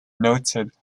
noted